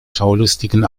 schaulustigen